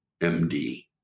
md